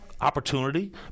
opportunity